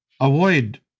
Avoid